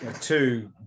two